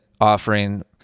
offering